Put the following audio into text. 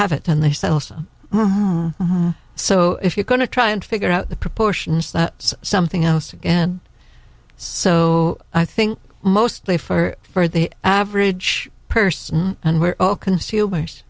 have it and they sell stuff so if you're going to try and figure out the proportions that's something else again so i think mostly for for the average person and we're all consumers